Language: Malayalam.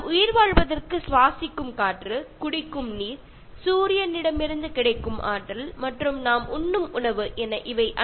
നമ്മൾ ജീവിക്കുന്നത്തിനായി ശ്വസിക്കുന്ന വായു വെള്ളം അതുപോലെ സൂര്യനിൽ നിന്നും നമ്മുടെ ആഹാരത്തിൽ നിന്നും കിട്ടുന്ന ഊർജം അഥവാ എനർജി എന്നിവയൊക്കെ